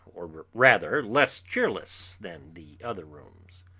or rather less cheerless, than the other rooms.